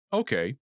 okay